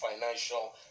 financial